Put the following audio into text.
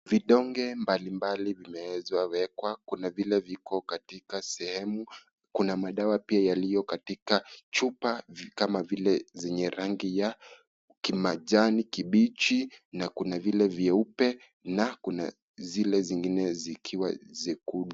Vidonge mbali mbali vimewekwa, kuna vile viko katika sehemu. Kuna madawa pia yaliyo katika chupa kama vile zenye rangi ya majani kibichi na kuna vile vyeupe na kuna zile zingine zikiwa nyekundu.